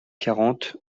quarante